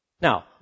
Now